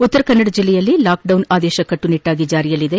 ಉತ್ತರ ಕನ್ನಡ ಜಿಲ್ಲೆಯಲ್ಲಿ ಲಾಕ್ಡೌನ್ ಆದೇಶ ಕಟ್ಟುನಿಟ್ಟಾಗಿ ಜಾರಿಯಲ್ಲಿದೆ